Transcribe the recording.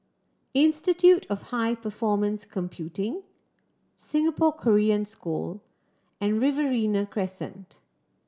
Institute of High Performance Computing Singapore Korean School and Riverina Crescent